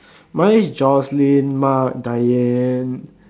mine is Joycelyn Mark Diane